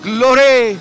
Glory